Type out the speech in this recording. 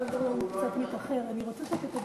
ברוורמן קצת מתאחר, אני רוצה שתגיד